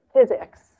physics